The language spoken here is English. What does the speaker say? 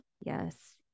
Yes